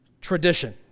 Tradition